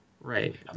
Right